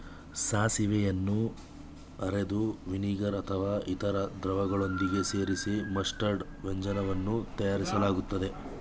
ಸಾಸಿವೆಯನ್ನು ಅರೆದು ವಿನಿಗರ್ ಅಥವಾ ಇತರ ದ್ರವಗಳೊಂದಿಗೆ ಸೇರಿಸಿ ಮಸ್ಟರ್ಡ್ ವ್ಯಂಜನವನ್ನು ತಯಾರಿಸಲಾಗ್ತದೆ